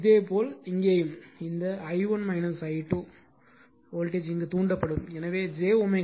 எனவே இதேபோல் இங்கேயும் இந்த i1 i2 வோல்டேஜ் இங்கு தூண்டப்படும் எனவே J wM i1 i2